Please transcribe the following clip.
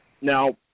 Now